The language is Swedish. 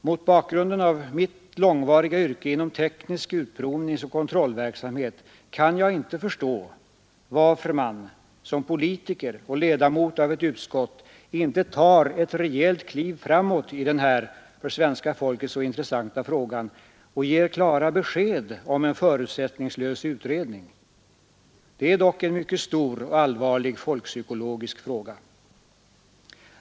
Mot bakgrunden av mitt långvariga yrkesarbete inom teknisk utprovningsoch kontrollverksamhet kan jag inte förstå varför man som politiker och ledamot av ett utskott inte tar ett rejält kliv framåt i den här för svenska folket så intressanta frågan och ger klara besked om en förutsättningslös utredning. Det är dock en mycket stor och allvarlig folkpsykologisk fråga.